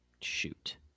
Shoot